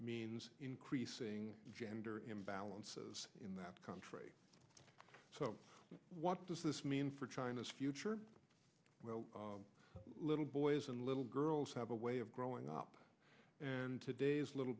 means increasing gender imbalance is in that country so what does this mean for china's future little boys and little girls have a way of growing up and today's little